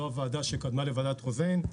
הוועדה שקדמה לוועדת רוזן.